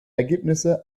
ergebnisse